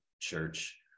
church